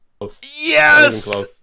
yes